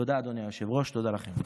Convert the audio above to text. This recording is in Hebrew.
תודה, אדוני היושב-ראש, תודה לכם.